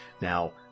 Now